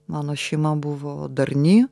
mano šeima buvo darni